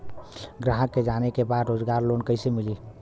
ग्राहक के जाने के बा रोजगार लोन कईसे मिली?